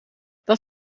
dat